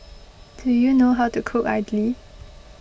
do you know how to cook Idly